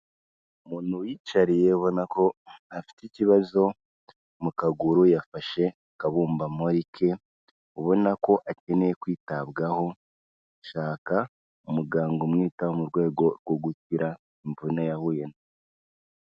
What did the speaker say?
Umuntu wiyicariye ubona ko afite ikibazo mu kaguru, yafashe akagombambari ke ubona ko akeneye kwitabwaho shaka umuganga umwita mu rwego rwo gukira imvune yahuye.